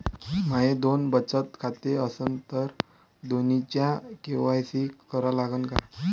माये दोन बचत खाते असन तर दोन्हीचा के.वाय.सी करा लागन का?